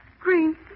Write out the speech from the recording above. Green